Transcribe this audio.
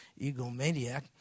egomaniac